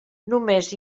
només